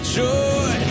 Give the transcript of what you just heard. joy